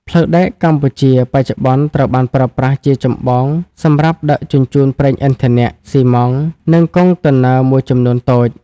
ផ្លូវដែកកម្ពុជាបច្ចុប្បន្នត្រូវបានប្រើប្រាស់ជាចម្បងសម្រាប់ដឹកជញ្ជូនប្រេងឥន្ធនៈ ស៊ីម៉ងត៍ និងកុងតឺន័រមួយចំនួនតូច។